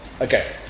Okay